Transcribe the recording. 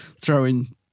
throwing